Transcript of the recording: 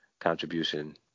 contribution